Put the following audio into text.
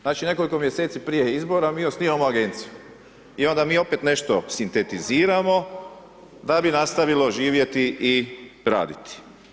Znači nekoliko mjeseci prije izbora mi osnivamo agenciju i onda mi opet nešto sintetiziramo da bi nastavilo živjeti i raditi.